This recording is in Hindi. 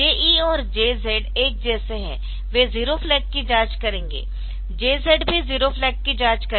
JE और JZ एक जैसे है वे जीरो फ्लैग की जांच करेंगे JZ भी जीरो फ्लैग की जांच करेगा